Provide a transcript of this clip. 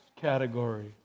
category